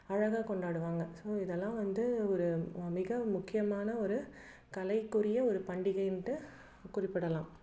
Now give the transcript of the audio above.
அழகாக கொண்டாடுங்க ஸோ இதெல்லாம் வந்து ஒரு மிக முக்கியமான ஒரு கலைக்குரிய ஒரு பண்டிகைன்ட்டு குறிப்பிடலாம்